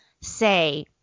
say